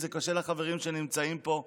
זה קשה לחברים שנמצאים פה,